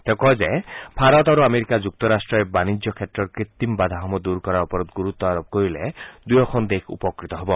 তেওঁ কয় যে ভাৰত আৰু আমেৰিকা যুক্তৰাট্টই বাণিজ্য ক্ষেত্ৰৰ কৃত্ৰিম বাধাসমূহ দূৰ কৰাৰ ওপৰত গুৰুত্ব আৰোপ কৰিলে দুয়োখন দেশ উপকৃত হ'ব